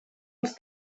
els